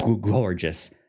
gorgeous